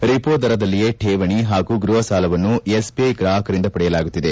ರಿಮೋದರದಲ್ಲಿಯೇ ಶೇವಣಿ ಹಾಗೂ ಗ್ಬಹಸಾಲವನ್ನು ಎಸ್ಬಿಐ ಗ್ರಾಹಕರಿಂದ ಪಡೆಯಲಾಗುತ್ತಿದೆ